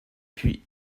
puis